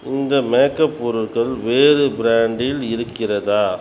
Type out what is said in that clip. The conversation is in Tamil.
இந்த மேக்அப் பொருட்கள் வேறு பிராண்டில் இருக்கிறதா